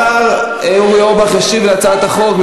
השר אורי אורבך ישיב על הצעת החוק.